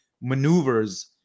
maneuvers